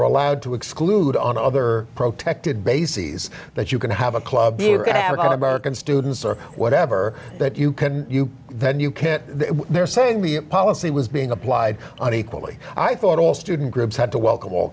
are allowed to exclude on other protested bases that you can have a club you have on american students or whatever that you can you then you can't they're saying the policy was being applied on equally i thought all student groups had to welcome all